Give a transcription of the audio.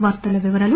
వార్తల వివరాలు